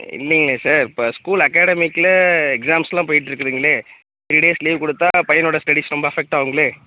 இல்லைங்களே சார் இப்போ ஸ்கூல் அக்காடமிக்கில் எக்ஸாம்ஸ்லாம் போய்ட்யிருக்கு இருக்குதுங்களே த்ரீ டேஸ் லீவ் கொடுத்தால் பையனோட ஸ்டடீஸ் ரொம்ப அஃபெக்ட் ஆவுங்களே